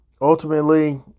ultimately